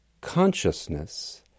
consciousness